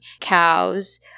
cows